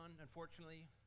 unfortunately